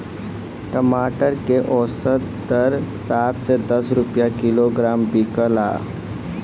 टमाटर के औसत दर सात से दस रुपया किलोग्राम बिकला?